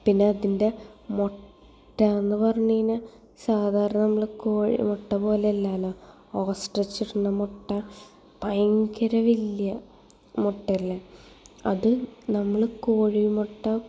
പിന്നെ അതിൻ്റെ മുട്ടാന്ന് പറഞ്ഞു കഴിഞ്ഞാൽ സാധാരണ നമ്മുടെ കോഴി മുട്ട പോലല്ലല്ലോ ഓസ്ട്രിച്ചിടുന്ന മുട്ട ഭയങ്കര വലിയ മുട്ടയല്ലെ അത് നമ്മൾ കോഴി മുട്ട